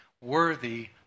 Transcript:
worthy